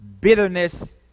bitterness